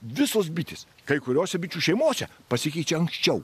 visos bitės kai kuriose bičių šeimose pasikeičia anksčiau